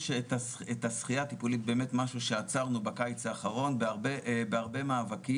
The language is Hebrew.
השחייה הטיפולית זה באמת משהו שעצרנו בקיץ האחרון בהרבה מאבקים.